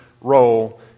role